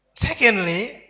Secondly